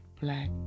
black